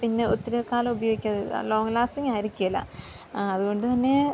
പിന്നെ ഒത്തിരിക്കാലം ഉപയോഗിക്കാന് ഇത് ലോങ് ലാസ്റ്റിങ് ആയിരിക്കുകയില്ല ആ അതുകൊണ്ട് തന്നെ